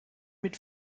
mit